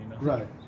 Right